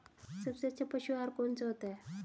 सबसे अच्छा पशु आहार कौन सा होता है?